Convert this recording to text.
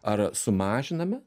ar sumažiname